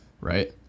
Right